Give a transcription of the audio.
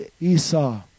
Esau